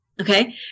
Okay